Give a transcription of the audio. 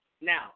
now